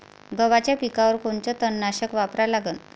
गव्हाच्या पिकावर कोनचं तननाशक वापरा लागन?